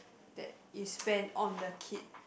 that you spend on the kid